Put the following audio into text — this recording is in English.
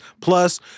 plus